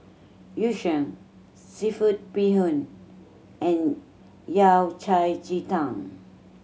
Yu Sheng seafood bee hoon and Yao Cai ji tang